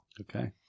okay